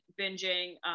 binging